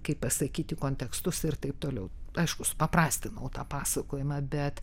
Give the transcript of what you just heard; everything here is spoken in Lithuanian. kaip pasakyti kontekstus ir taip toliau aišku supaprastinau tą pasakojimą bet